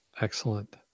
Excellent